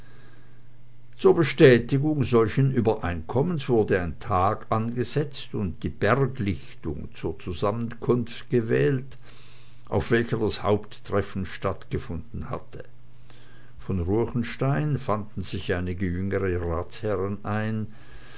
zur bestätigung solchen übereinkommens wurde ein tag angesetzt und die berglichtung zur zusammenkunft gewählt auf welcher das haupttreffen stattgefunden hatte von ruechenstein fanden sich einige jüngere ratsherren ein